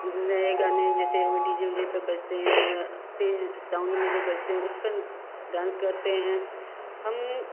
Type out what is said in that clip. नए गाने जैसे हुए डी जे वी जे पे बजते हैं तेज़ साउंड में जो बजते हैं उस पर डांस करते हैं हम